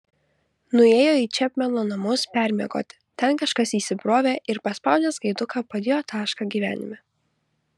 nuėjo į čepmeno namus permiegoti ten kažkas įsibrovė ir paspaudęs gaiduką padėjo tašką gyvenime